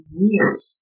years